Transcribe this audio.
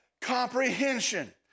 comprehension